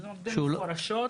מפורשות,